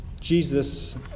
Jesus